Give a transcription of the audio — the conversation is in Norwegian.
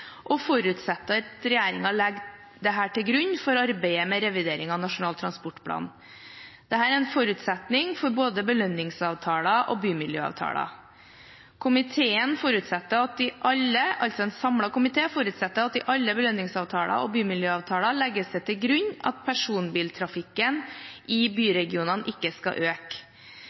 den forutsetter at regjeringen legger dette til grunn for arbeidet med revideringen av Nasjonal transportplan. Dette er en forutsetning for både belønningsavtaler og bymiljøavtaler. En samlet komité forutsetter at det i alle belønningsavtaler og bymiljøavtaler legges til grunn at personbiltrafikken i